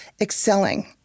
excelling